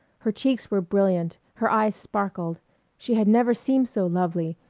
her cheeks were brilliant, her eyes sparkled she had never seemed so lovely,